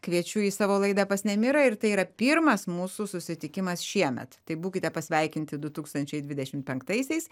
kviečiu į savo laidą pas nemirą ir tai yra pirmas mūsų susitikimas šiemet tai būkite pasveikinti du tūkstančiai dvidešimt penktaisiais